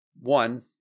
one